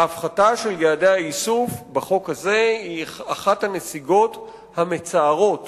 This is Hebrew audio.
ההפחתה של יעדי האיסוף בחוק הזה היא אחת הנסיגות המצערות